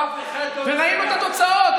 אף אחד לא, וראינו את התוצאות.